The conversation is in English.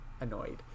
annoyed